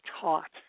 taught